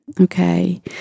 Okay